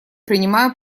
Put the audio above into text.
принимаю